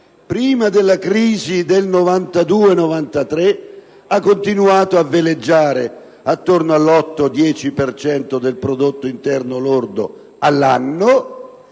prima della crisi del 1992-1993, ha continuato a veleggiare attorno all'8-10 per cento del prodotto interno lordo all'anno